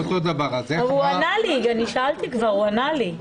אני שאלתי כבר, הוא ענה לי.